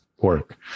work